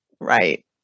Right